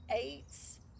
Eights